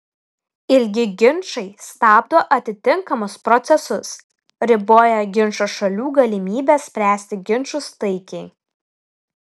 ilgi ginčai stabdo atitinkamus procesus riboja ginčo šalių galimybes spręsti ginčus taikiai